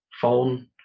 phone